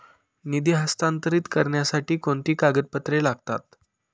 निधी हस्तांतरित करण्यासाठी कोणती कागदपत्रे लागतात?